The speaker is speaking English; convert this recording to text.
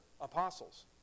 apostles